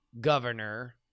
Governor